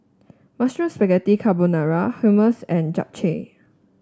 Mushroom Spaghetti Carbonara Hummus and Japchae